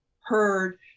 heard